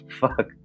fuck